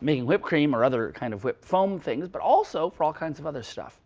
making whipped cream or other kind of whipped foam things, but also for all kinds of other stuff.